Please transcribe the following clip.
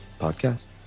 Podcast